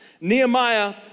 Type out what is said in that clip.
Nehemiah